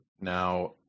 Now